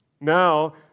Now